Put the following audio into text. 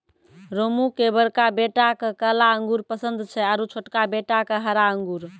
रामू के बड़का बेटा क काला अंगूर पसंद छै आरो छोटका बेटा क हरा अंगूर